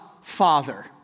Father